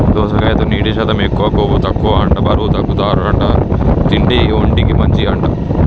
దోసకాయలో నీటి శాతం ఎక్కువ, కొవ్వు తక్కువ అంట బరువు తగ్గుతారట తింటే, ఒంటికి మంచి అంట